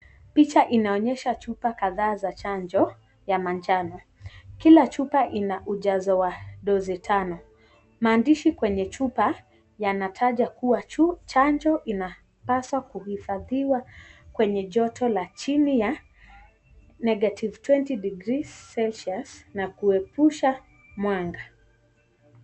Picha inaonyesha chupa kadhaa za chanjo ya manjano. kila chupa ina ujazo wa dozi tano. Maandishi kwenye chupa yanataja kuwa chanjo inapaswa kuhifadhiwa kwenye joto la chini ya -20 degrees celcius na kuepusha mwanga.